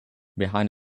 behind